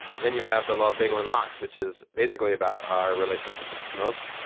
then you have the law of bagel and lox, which is basically about our relationship with smoke.